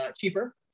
cheaper